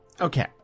okay